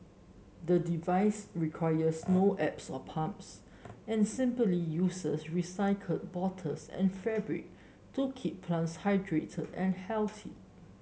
the device requires no apps or pumps and simply uses recycled bottles and fabric to keep plants hydrated and healthy